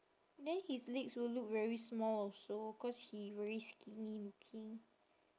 then his legs will look very small also cause he very skinny looking